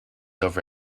over